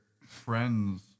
friends